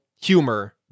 humor